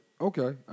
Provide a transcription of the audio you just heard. Okay